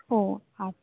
ও আচ্ছা